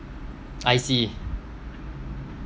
I see